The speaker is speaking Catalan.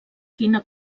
quina